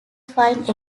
find